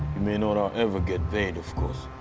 you may not um ever get paid of course.